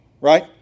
right